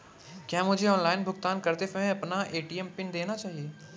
क्या मुझे ऑनलाइन भुगतान करते समय अपना ए.टी.एम पिन देना चाहिए?